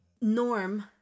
norm